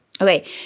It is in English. Okay